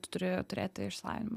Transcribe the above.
tu turi turėti išsilavinimą